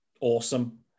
awesome